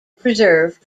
preserved